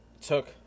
took